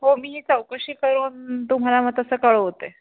हो मी चौकशी करून तुम्हाला मग तसं कळवते